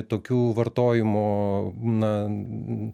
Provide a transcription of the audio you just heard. tokių vartojimo na